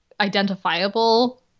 identifiable